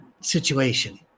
situation